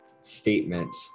statement